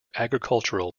agricultural